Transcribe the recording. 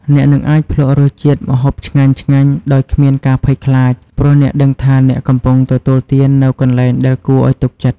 អ្នកនឹងអាចភ្លក្សរសជាតិម្ហូបឆ្ងាញ់ៗដោយគ្មានការភ័យខ្លាច ព្រោះអ្នកដឹងថាអ្នកកំពុងទទួលទាននៅកន្លែងដែលគួរឱ្យទុកចិត្ត។